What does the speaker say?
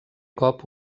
cop